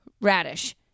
radish